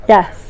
Yes